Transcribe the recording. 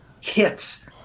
hits